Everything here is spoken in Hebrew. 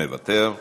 מוותר,